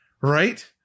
right